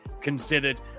considered